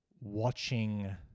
watching